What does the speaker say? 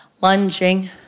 Lunging